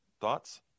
Thoughts